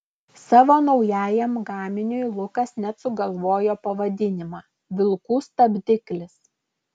savo naujajam gaminiui lukas net sugalvojo pavadinimą vilkų stabdiklis